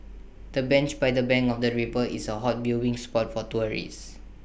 the bench by the bank of the river is A hot viewing spot for tourists